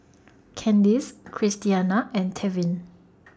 Candice Christiana and Tevin